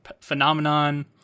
phenomenon